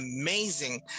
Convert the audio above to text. amazing